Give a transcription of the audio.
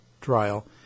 trial